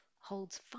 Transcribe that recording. holds